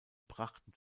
brachten